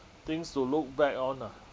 things to look back on ah